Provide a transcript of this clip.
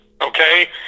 Okay